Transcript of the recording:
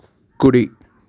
కుడి